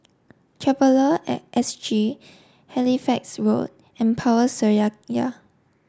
Traveller at S G Halifax Road and Power